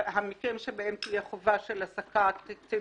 המקרים שבהם תהיה חובת העסקת קצין